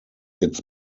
its